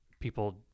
people